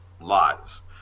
lies